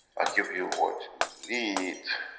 i give you what you need,